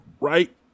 right